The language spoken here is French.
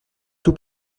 tout